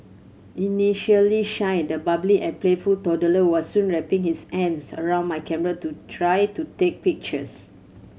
initially shy the bubbly and playful toddler was soon wrapping his hands around my camera to try to take pictures